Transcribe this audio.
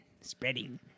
spreading